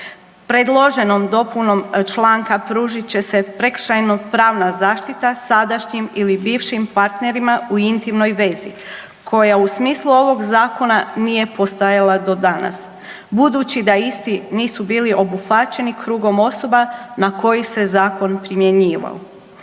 Predloženom dopunom članka pružit će se prekršajno-pravna zaštita sadašnjim ili bivšim partnerima u intimnoj vezi koja u smislu ovog zakona nije postojala do danas budući da isti nisu bili obuhvaćeni krugom osoba na koji se zakon primjenjivao.